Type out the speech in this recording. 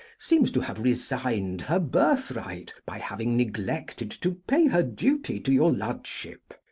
seems to have resigned her birthright, by having neglected to pay her duty to your lordship,